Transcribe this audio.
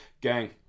Gang